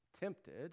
tempted